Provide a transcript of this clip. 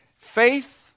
Faith